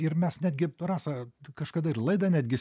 ir mes netgi rasa kažkada ir laidą netgi